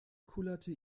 kullerte